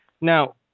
Now